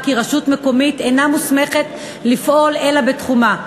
כי רשות מקומית אינה מוסמכת לפעול אלא בתחומה.